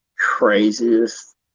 Craziest